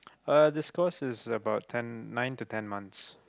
uh this course is about ten nine to ten months